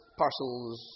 parcels